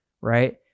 right